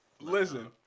Listen